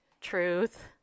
truth